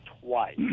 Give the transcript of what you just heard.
twice